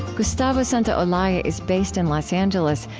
gustavo santaolalla is based in los angeles,